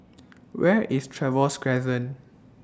Where IS Trevose Crescent